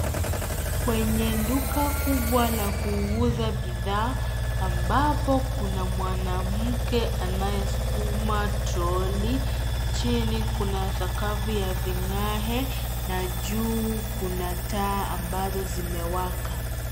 Kwenye duka kubwa la kuuza bidhaa ambapo kuna mwanamke anayesukuma troli. Chini kuna sakafu ya vigae na juu kuna taa ambazo zimewaka.